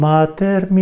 Mater